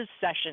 session